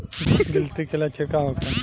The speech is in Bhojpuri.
गिलटी के लक्षण का होखे?